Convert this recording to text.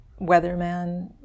weatherman